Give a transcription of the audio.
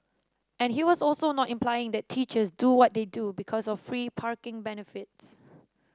and he was also not implying that teachers do what they do because of free parking benefits